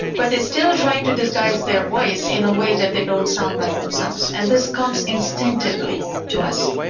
but they still try to disguise their voice in a way that they don't sound like themselves. and this comes instinctively to us.